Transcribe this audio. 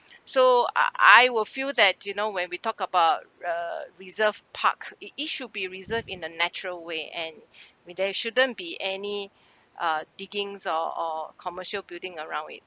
so I I will feel that you know when we talk about uh reserve park it it should be reserved in a natural way and be there shouldn't be any uh diggings or or commercial building around it